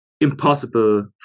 impossible